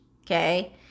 okay